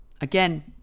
Again